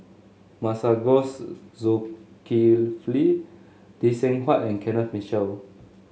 Masagos Zulkifli Lee Seng Huat and Kenneth Mitchell